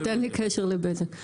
אין לי קשר לחברת בזק.